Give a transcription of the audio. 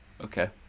Okay